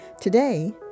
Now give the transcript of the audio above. today